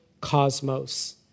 cosmos